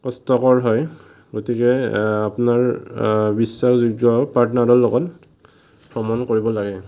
কষ্টকৰ হয় গতিকে আপোনাৰ বিশ্বাসযোগ্য পাৰ্টনাৰৰ লগত ভ্ৰমণ কৰিব লাগে